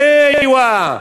איוא.